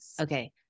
Okay